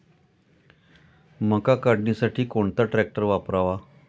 मका काढणीसाठी कोणता ट्रॅक्टर वापरावा?